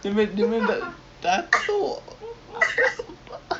a lot of careers ya